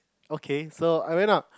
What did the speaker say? okay so I went up